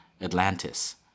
Atlantis